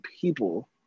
people